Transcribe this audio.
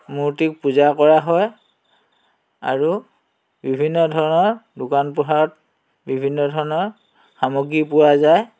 মূৰ্তি পূজা কৰা হয় আৰু বিভিন্ন ধৰণৰ দোকান পোহাৰত বিভিন্ন ধৰণৰ সামগ্ৰী পোৱা যায়